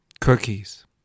cookies